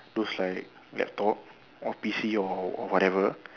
those like laptop or p_c or or whatever